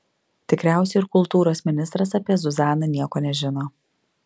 tikriausiai ir kultūros ministras apie zuzaną nieko nežino